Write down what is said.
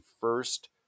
first